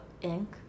ink